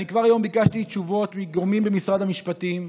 כבר היום ביקשתי תשובות מגורמים במשרד המשפטים.